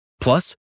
Plus